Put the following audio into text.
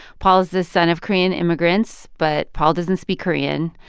paul is the son of korean immigrants. but paul doesn't speak korean.